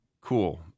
Cool